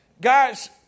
guys